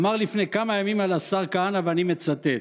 אמר לפני כמה ימים על השר כהנא, ואני מצטט: